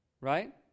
right